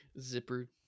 Zipper